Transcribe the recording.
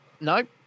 No